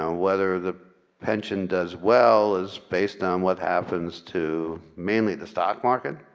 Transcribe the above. ah whether the pension does well is based on what happens to mainly the stock market,